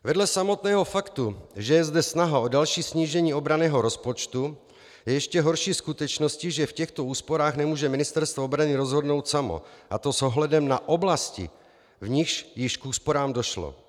Vedle samotného faktu, že je zde snaha o další snížení obranného rozpočtu, je ještě horší skutečností, že v těchto úsporách nemůže Ministerstvo obrany rozhodnout samo, a to s ohledem na oblasti, v nichž již k úsporám došlo.